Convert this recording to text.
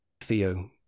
theo